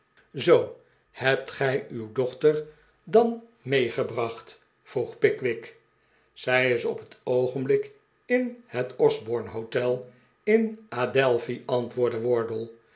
zoo hebt gij uw dochter dan meegebracht vroeg pickwick zij is op het oogenblik in het osbornehotel in adelphi antwoordde wardle